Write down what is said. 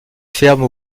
ferme